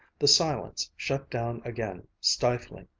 the silence shut down again, stifling.